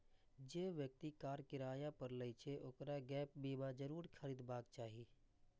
जे व्यक्ति कार किराया पर लै छै, ओकरा गैप बीमा जरूर खरीदबाक चाही